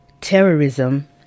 terrorism